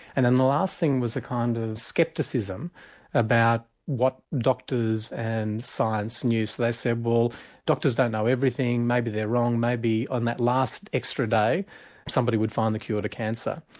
and then the last thing was a kind of scepticism about what doctors and science knew so they said well doctors don't know everything, maybe they're wrong, maybe on that last extra day somebody would find a cure to cancer.